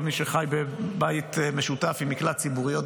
כל מי שחי בבית משותף עם מקלט ציבורי יודע